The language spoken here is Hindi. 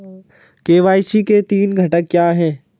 के.वाई.सी के तीन घटक क्या हैं?